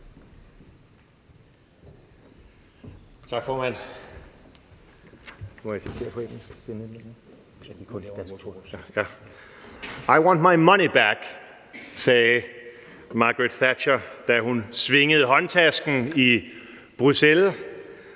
(DF): I want my money back, sagde Margaret Thatcher, da hun svingede håndtasken i Bruxelles,